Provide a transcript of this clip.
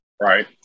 Right